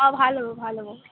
অঁ ভাল হ'ব ভাল হ'ব